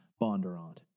Bondurant